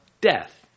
death